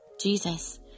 Jesus